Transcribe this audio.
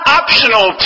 optional